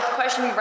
question